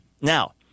Now